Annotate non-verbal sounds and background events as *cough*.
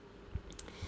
*breath*